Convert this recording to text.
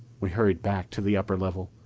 we hurried back to the upper level.